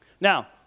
Now